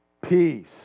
peace